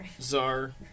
czar